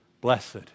Blessed